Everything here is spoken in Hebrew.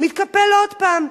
מתקפל עוד הפעם,